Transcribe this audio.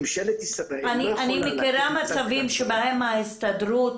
ממשלת ישראל לא יכולה --- אני מכירה מצבים שבהם ההסתדרות